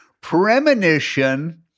Premonition